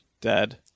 dead